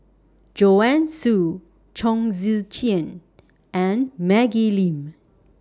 Joanne Soo Chong Tze Chien and Maggie Lim